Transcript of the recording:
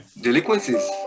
delinquencies